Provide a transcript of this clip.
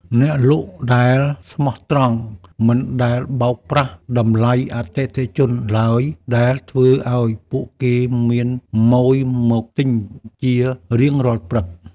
អ្នកលក់ដែលស្មោះត្រង់មិនដែលបោកប្រាស់តម្លៃអតិថិជនឡើយដែលធ្វើឱ្យពួកគេមានម៉ូយមកទិញជារៀងរាល់ព្រឹក។